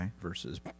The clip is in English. versus